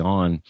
on